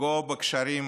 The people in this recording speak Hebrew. לפגוע בקשרים